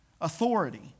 authority